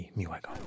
miłego